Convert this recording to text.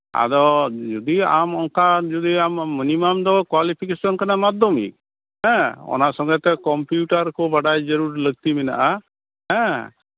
ᱟᱫᱚ ᱡᱩᱫᱤ ᱟᱢ ᱚᱱᱠᱟ ᱡᱩᱫᱤ ᱟᱢ ᱢᱤᱱᱤᱢᱟᱢ ᱫᱚ ᱠᱳᱣᱟᱞᱤᱯᱷᱤᱠᱮᱥᱮᱱ ᱠᱟᱱᱟ ᱢᱟᱫᱽᱫᱷᱚᱢᱤᱠ ᱦᱮᱸ ᱚᱱᱟ ᱥᱚᱸᱜᱮ ᱛᱮ ᱠᱚᱢᱯᱤᱭᱩᱴᱟᱨ ᱠᱚ ᱵᱟᱰᱟᱭ ᱡᱟᱹᱨᱩᱲ ᱞᱟᱹᱠᱛᱤ ᱢᱮᱱᱟᱜᱼᱟ